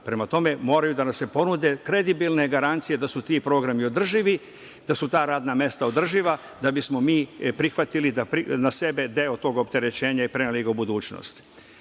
Prema tome, moraju da nam se ponude kredibilne garancije da su ti programi održivi, da su ta radna mesta održiva, da bismo mi prihvatili na sebe deo tog opterećenja i preneli ga u budućnost. Bolji